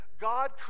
God